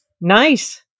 Nice